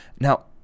Now